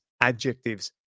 adjectives